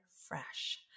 fresh